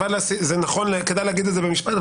זה נכון וכדאי להגיד את זה במשפט.